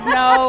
no